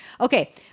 Okay